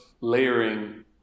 layering